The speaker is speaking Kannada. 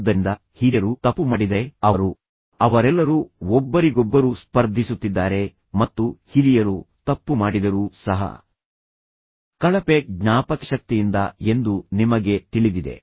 ಆದ್ದರಿಂದ ಹಿರಿಯರು ತಪ್ಪು ಮಾಡಿದರೆ ಅವರು ಅವರೆಲ್ಲರೂ ಒಬ್ಬರಿಗೊಬ್ಬರು ಸ್ಪರ್ಧಿಸುತ್ತಿದ್ದಾರೆ ಮತ್ತು ಹಿರಿಯರು ತಪ್ಪು ಮಾಡಿದರೂ ಸಹ ಕಳಪೆ ಜ್ಞಾಪಕಶಕ್ತಿಯಿಂದ ಎಂದು ನಿಮಗೆ ತಿಳಿದಿದೆ